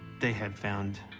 they had found